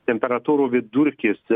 temperatūrų vidurkis